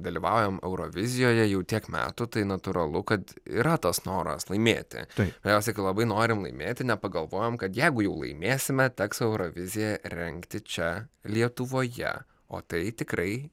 dalyvaujam eurovizijoje jau tiek metų tai natūralu kad yra tas noras laimėti mes kai labai norime laimėti nepagalvojom kad jeigu jau laimėsime teks euroviziją rengti čia lietuvoje o tai tikrai